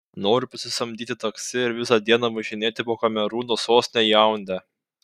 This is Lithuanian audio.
noriu pasisamdyti taksi ir visą dieną važinėti po kamerūno sostinę jaundę